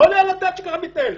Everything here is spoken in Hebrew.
לא עולה על הדעת שככה זה מתנהל.